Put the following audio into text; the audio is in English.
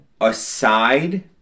aside